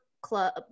Club